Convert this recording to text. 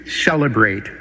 celebrate